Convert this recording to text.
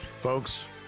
Folks